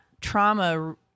trauma